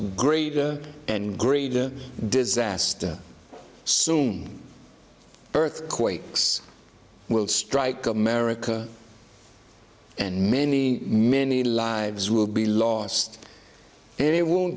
greater and greater disaster soon earthquakes will strike america and many many lives will be lost it won't